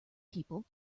people